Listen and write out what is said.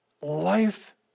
life